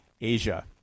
Asia